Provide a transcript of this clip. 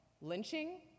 lynching